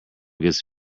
gets